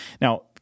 now